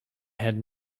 had